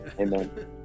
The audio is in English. Amen